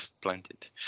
planted